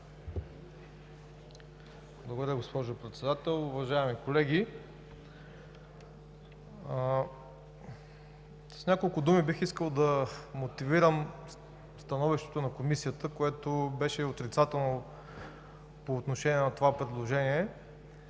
Ви, госпожо Председател. Уважаеми колеги! С няколко думи бих искал да мотивирам становището на Комисията, което беше отрицателно по отношение на това предложение.